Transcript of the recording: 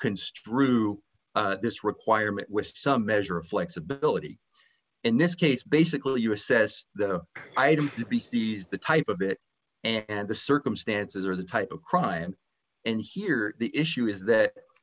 construe this requirement with some measure of flexibility in this case basically you assess that the type of it and the circumstances or the type of crime and here the issue is that